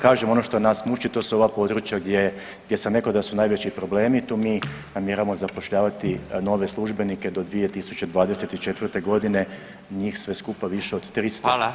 Kažem, ono što nas muči, to su ova područja gdje sam rekao da su najveći problemi, tu mi namjeravamo zapošljavati nove službenike do 2024. g., njih sve skupa više od 300.